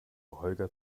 holger